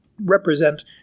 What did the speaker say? represent